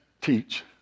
teach